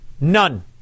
None